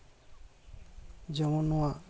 ᱡᱮᱢᱚᱱ ᱱᱚᱣᱟ